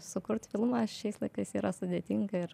sukurt filmą šiais laikais yra sudėtinga ir